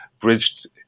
bridged